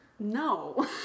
No